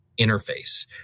interface